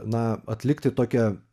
na atlikti tokią